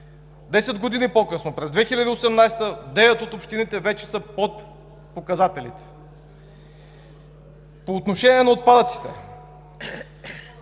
години по-късно – през 2018 г., девет от общините вече са под показателите. По отношение на отпадъците.